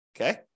Okay